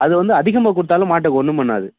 அது வந்து அதிகமாக கொடுத்தாலும் மாட்டுக்கு ஒன்றும் பண்ணாது